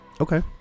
Okay